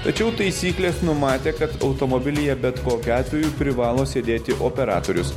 tačiau taisyklės numatė kad automobilyje bet kokiu atveju privalo sėdėti operatorius